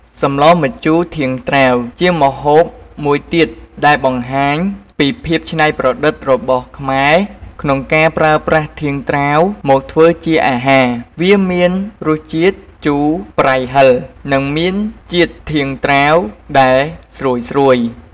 សម្លម្ជូរធាងត្រាវ ជាម្ហូបមួយទៀតដែលបង្ហាញពីភាពច្នៃប្រឌិតរបស់ខ្មែរក្នុងការប្រើប្រាស់ធាងត្រាវមកធ្វើជាអាហារ។ វាមានរសជាតិជូរប្រៃហឹរ និងមានជាតិធាងត្រាវដែលស្រួយៗ។